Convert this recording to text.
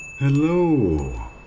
Hello